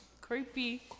Creepy